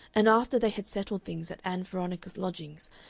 and after they had settled things at ann veronica's lodgings,